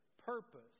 purpose